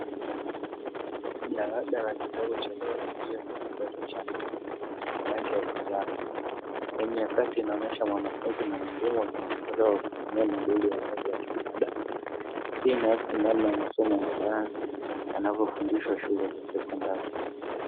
Jalada la kitabu cha bailojia kwa kitato cha nne chenye rangi ya manjano, sehemu ya kati inaonyesha mwanafunzi na mwalimu wakijifunza kwa kutumia moduli ya mwili wa kibinadamu, hii inaakisi namna masomo kisayansi yanavyofundishwa shule za sekondari.